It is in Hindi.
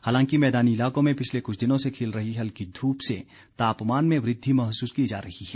हालांकि मैदानी इलाकों में पिछले कुछ दिनों से खिल रही हल्की धूप से तापमान में वृद्धि महसूस की जा रही है